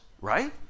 right